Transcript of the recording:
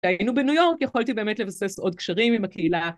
‫היינו בניו יורק, יכולתי באמת ‫לבסס עוד קשרים עם הקהילה.